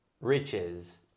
riches